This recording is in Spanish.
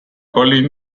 colin